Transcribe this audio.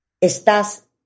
estás